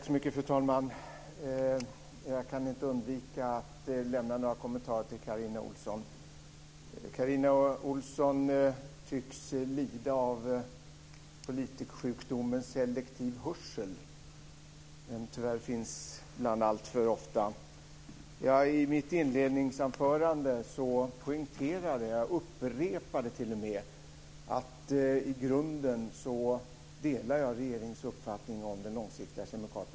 Fru talman! Jag kan inte undvika att lämna några kommentarer till Carina Ohlsson, som tycks lida av politikersjukdomen selektiv hörsel som tyvärr förekommer alltför ofta. I mitt inledningsanförande poängterade jag, och t.o.m. upprepade, att jag i grunden delar regeringens uppfattning om den långsiktiga kemikaliepolitiken.